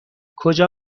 کجا